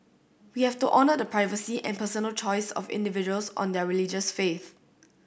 we have to honour the privacy and personal choice of individuals on their religious faith